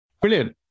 Brilliant